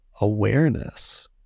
awareness